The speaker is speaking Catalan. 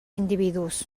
individus